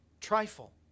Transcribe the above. trifle